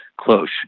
close